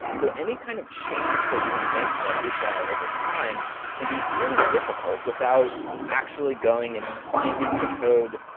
so any kind of change that you want to make to that api overtime can be really difficult without actually going and finding the code,